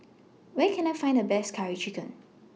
Where Can I Find The Best Curry Chicken